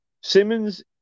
Simmons